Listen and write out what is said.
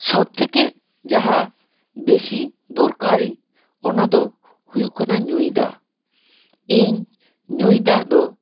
ᱥᱚᱵ ᱛᱷᱮᱠᱮ ᱡᱟᱦᱟᱸ ᱵᱮᱥᱤ ᱫᱚᱨᱠᱟᱨᱤᱧ ᱚᱱᱟ ᱫᱚ ᱦᱩᱭᱩᱜ ᱠᱟᱱᱟ ᱧᱩᱭ ᱫᱟᱜ ᱤᱧ ᱧᱩᱭ ᱫᱟᱜ ᱫᱚ